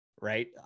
Right